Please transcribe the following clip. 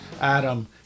Adam